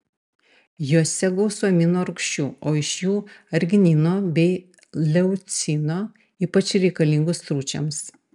jose gausu amino rūgščių o iš jų arginino bei leucino ypač reikalingų stručiams